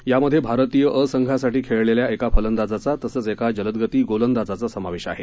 यामध्ये भारतीय अ संघासाठी खेळलेल्या एका फलंदाजाचा तसंच एका जलदगती गोलंदाजाचा समावेश आहे